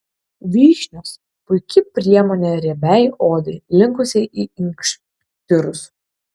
vyšnios puiki priemonė riebiai odai linkusiai į inkštirus